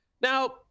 Now